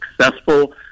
successful